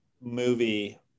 movie